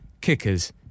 kickers